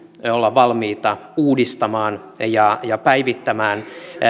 valmiita uudistamaan ja päivittämään